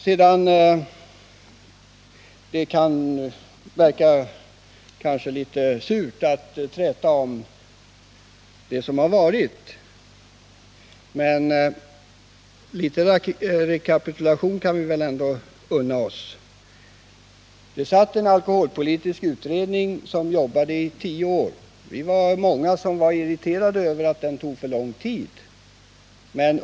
Det kanske kan verka litet surt att träta om det som har varit, men någon rekapitulation kan vi väl unna oss. Det fanns en alkoholpolitisk utredning som jobbade i tio år. Vi var många som var irriterade över att utredningsarbetet tog så lång tid.